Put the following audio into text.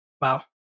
Wow